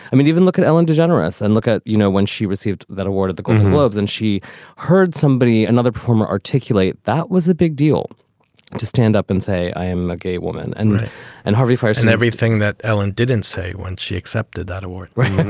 i mean, even look at ellen degeneres and look at, you know, when she received that award at the golden globes and she heard somebody, another performer articulate, that was a big deal to stand up and say, i am a gay woman. and and harvey f five s and everything that ellen didn't say when she accepted that award. right